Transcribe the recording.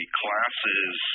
classes